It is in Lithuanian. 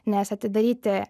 nes atidaryti